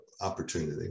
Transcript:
opportunity